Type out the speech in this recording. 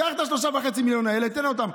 קח את ה-3.5 מיליון האלה, תן אותם.